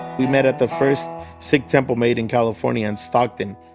we met at the first sikh temple made in california in stockton.